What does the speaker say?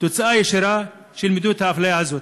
תוצאה ישירה של מדיניות האפליה הזאת.